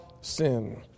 sin